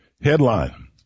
Headline